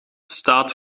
staat